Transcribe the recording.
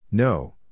No